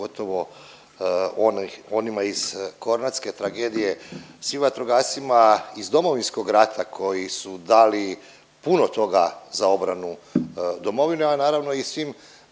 onih, onima iz kornatske tragedije, svim vatrogascima iz Domovinskog rata koji su dali puno toga za obranu domovine, a naravno i svim